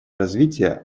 развития